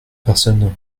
personnes